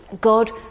God